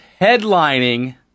headlining